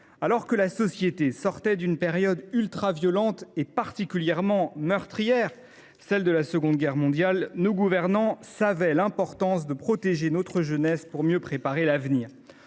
Alors que la société sortait d’une période ultraviolente et particulièrement meurtrière, celle de la Seconde Guerre mondiale, nos gouvernants savaient l’importance de protéger notre jeunesse pour mieux préparer l’avenir.